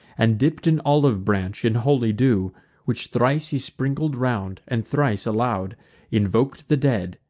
and dipp'd an olive branch in holy dew which thrice he sprinkled round, and thrice aloud invok'd the dead,